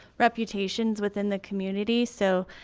reputations within the community so